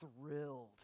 thrilled